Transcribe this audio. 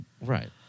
Right